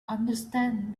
understand